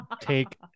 take